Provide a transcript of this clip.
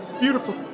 Beautiful